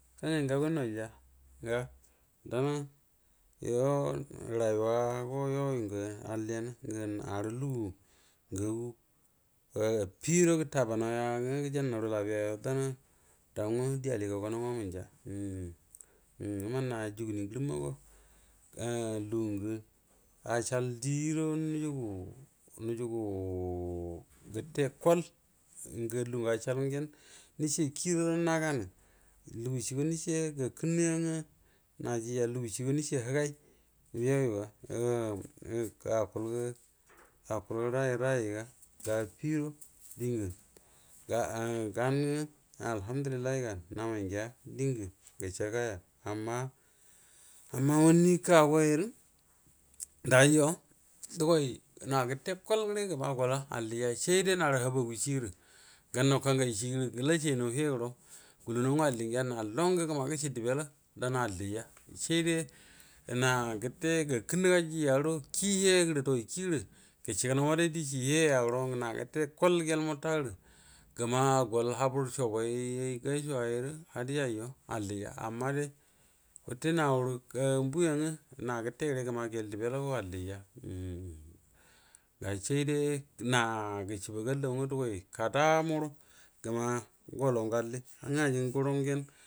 Kangay nga away noija ga danca you rawuya go yuoyungo alliya narə lugu naagu affi gudo gəta ba haw yan ngwv gajannaw rv labia yo dougwa die aligawgan wamu nəy. mənna juguni ngərin go ah lugu ngwə acəal due guəro lugun gə acəal diequro nu jugu gəre koi, lugu acəal gyen nəcə dan kiyi guəro na lugu ci e nəce həgug you yu ga akul gə rayi rayi ga affi guəro diə gan alhamdulillahi ayrə dayyay yon a gəta kol gərə gol, a alliya said nah aba qu shi gərə gann naw kayn gəlasheni heghoro gulu naw alli gəa, nal lon gwə gəma gəshi dəbel dan alliya saide na ga be gaa kənna gajiya gmoro, dugwanə kiyi guərə gəcieji gənaw maday diecie he ya guəro nak gəte kol gəma gyvl mota gvre goil habər shobi ay gashia rə hadiya yu alliya, anna day wute naurə mbu yangə nake gəte gyol debella alliya ga saidə pə cəals a pallaw na dugway kada ngwə gəma gallaw ngwə alli nawə aji ngunawgha.